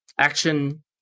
Action